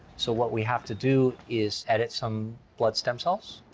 so what we have to do is edit some blood stem cells.